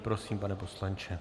Prosím, pane poslanče.